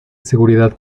seguridad